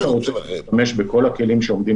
אתה היית רוצה להשתמש בכל הכלים שעומדים